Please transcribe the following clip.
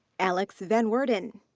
alex vanwerden.